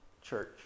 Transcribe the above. church